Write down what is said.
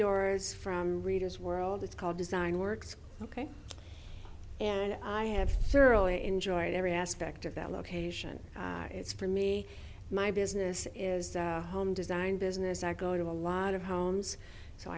doors from readers world it's called design works ok and i have thoroughly enjoyed every aspect of that location it's for me my business is home design business i go to a lot of homes so